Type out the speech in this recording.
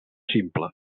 simple